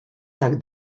tak